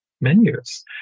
menus